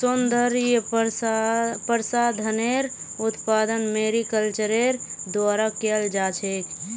सौन्दर्य प्रसाधनेर उत्पादन मैरीकल्चरेर द्वारा कियाल जा छेक